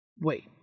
Wait